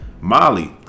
Molly